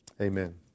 Amen